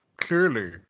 clearly